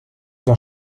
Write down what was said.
dans